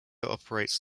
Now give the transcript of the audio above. operates